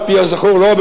על-פי הזכור לו,